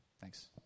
Thanks